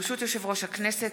ברשות יושב-ראש הכנסת,